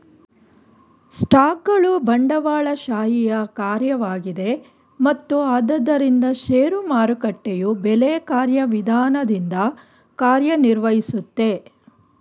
ಸ್ಟಾಕ್ಗಳು ಬಂಡವಾಳಶಾಹಿಯ ಕಾರ್ಯವಾಗಿದೆ ಮತ್ತು ಆದ್ದರಿಂದ ಷೇರು ಮಾರುಕಟ್ಟೆಯು ಬೆಲೆ ಕಾರ್ಯವಿಧಾನದಿಂದ ಕಾರ್ಯನಿರ್ವಹಿಸುತ್ತೆ